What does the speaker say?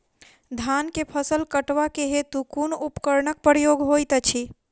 धान केँ फसल कटवा केँ हेतु कुन उपकरणक प्रयोग होइत अछि?